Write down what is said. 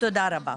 תודה רבה.